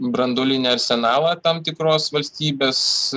branduolinį arsenalą tam tikros valstybės